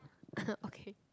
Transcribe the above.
okay